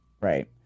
Right